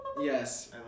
Yes